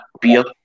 beer